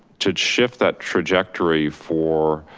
to shift that trajectory for